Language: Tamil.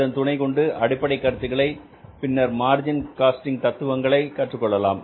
அதன் துணைகொண்டு அடிப்படை கருத்துக்களை பின்னர் மார்ஜினல் காஸ்டிங் தத்துவங்களை கற்றுக்கொள்ளலாம்